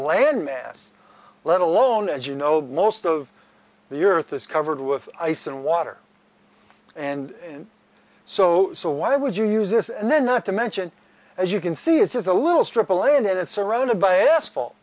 landmass let alone as you know most of the earth is covered with ice and water and so so why would you use this and then not to mention as you can see this is a little strip of land and it's surrounded by asphalt